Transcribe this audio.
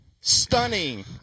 Stunning